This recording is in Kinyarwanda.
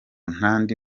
n’andi